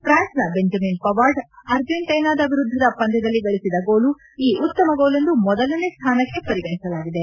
ಫ್ರಾನ್ಸ್ನ Benjamin Pavard ಅರ್ಜೆಂಟ್ಟಿನಾದ ವಿರುದ್ದದ ಪಂದ್ಯದಲ್ಲಿ ಗಳಿಸಿದ ಗೋಲು ಈ ಉತ್ತಮ ಗೋಲೆಂದು ಮೊದಲನೇ ಸ್ಥಾನಕ್ಕೆ ಪರಿಗಣಿಸಲಾಗಿದೆ